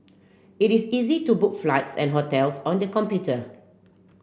it is easy to book flights and hotels on the computer